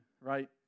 right